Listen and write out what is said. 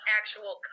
actual